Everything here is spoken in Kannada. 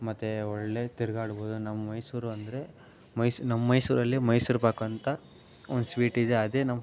ಮತ್ತು ಒಳ್ಳೆಯ ತಿರುಗಾಡ್ಬೋದು ನಮ್ಮ ಮೈಸೂರು ಅಂದರೆ ಮೈಸ್ ನಮ್ಮ ಮೈಸೂರಲ್ಲಿ ಮೈಸೂರು ಪಾಕಂತ ಒಂದು ಸ್ವೀಟಿದೆ ಅದೇ ನಮ್ಮ